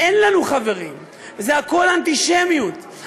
אם אתה רוצה לדבר אחר כך, אז בלי קריאות ביניים.